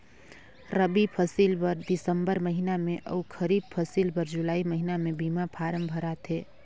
रबी फसिल बर दिसंबर महिना में अउ खरीब फसिल बर जुलाई महिना में बीमा फारम भराथे